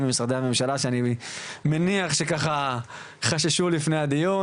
ממשרדי הממשלה שאני מניח שחששו לפני הדיון,